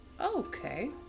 Okay